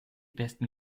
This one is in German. besten